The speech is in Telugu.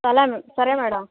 అలానే సరే మేడం